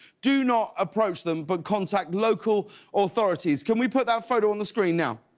do not approach them. but contact local authorities. can we put that photo on the screen? yeah